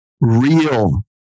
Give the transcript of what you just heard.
real